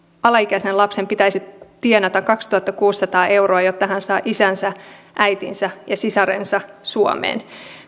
alaikäisen lapsen pitäisi tienata kaksituhattakuusisataa euroa jotta hän saa isänsä äitinsä ja sisarensa suomeen